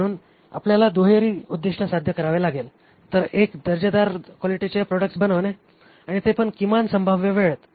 म्हणून आपल्याला दुहेरी उद्दीष्ट साध्य करावे लागेल एक तर दर्जेदार क्वालिटीचे प्रॉडक्ट्स बनवणे आणि ते पण किमान संभाव्य वेळेत